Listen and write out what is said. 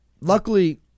luckily